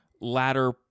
ladder